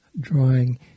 drawing